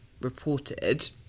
reported